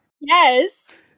Yes